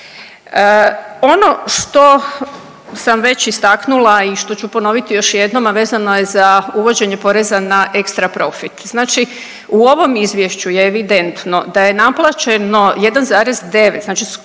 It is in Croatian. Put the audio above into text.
Ono što sam već istaknula i što ću ponoviti još jednom, a vezano je za uvođenje poreza na ekstra profit. Znači u ovom izvješću je evidentno da je naplaćeno 1,9 znači skoro